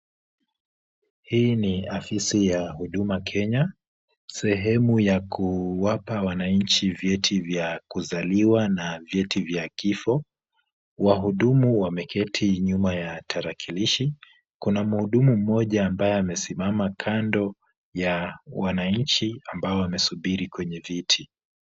Hii ni afisi ya Huduma Kenya, sehemu ya kuwapa wananchi vyeti vya kuzaliwa na vyeti vya kifo. Wahudumu wameketi nyuma ya tarakilishi. Kuna mhudumu mmoja ambaye amesimama kando ya wananchi ambao wamesubiri kwenye viti.